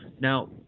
Now